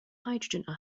hydrogen